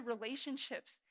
relationships